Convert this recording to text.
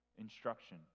instruction